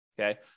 Okay